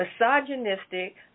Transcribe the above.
misogynistic